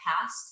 past